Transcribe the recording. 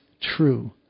true